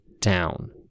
down